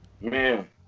Man